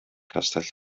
castell